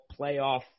playoff